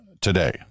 today